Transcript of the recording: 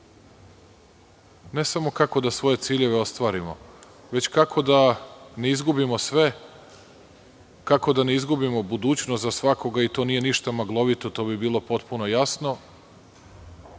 ne samo kako da svoje ciljeve ostvarimo, već kako da ne izgubimo sve, kako da ne izgubimo budućnost za svakoga i to nije ništa maglovito. To bi bilo potpuno jasno.S